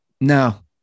no